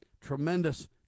tremendous